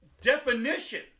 definition